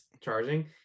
charging